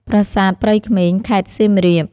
ប្រាសាទព្រៃក្មេង (ខេត្តសៀមរាប)។